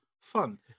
fun